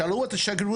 שאלו את השגרירות,